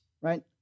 right